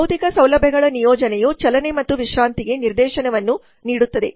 ಭೌತಿಕ ಸೌಲಭ್ಯಗಳ ನಿಯೋಜನೆಯು ಚಲನೆ ಮತ್ತು ವಿಶ್ರಾಂತಿಗೆ ನಿರ್ದೇಶನವನ್ನು ನೀಡುತ್ತದೆ